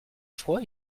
froid